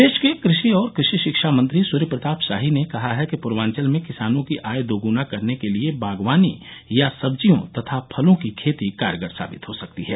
प्रदेश के कृषि और कृषि शिक्षा मंत्री सूर्य प्रताप शाही ने कहा है कि पूर्वांचल में किसानों की आय दोगुना करने क लिये बागवानी या सब्जियों तथा फलों की खेती कारगर साबित हो सकती है